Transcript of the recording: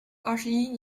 二十一